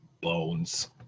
bones